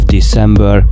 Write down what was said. December